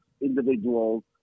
individuals